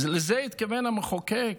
לזה התכוון המחוקק?